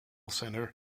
center